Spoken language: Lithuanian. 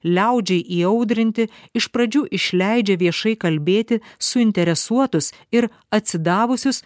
liaudžiai įaudrinti iš pradžių išleidžia viešai kalbėti suinteresuotus ir atsidavusius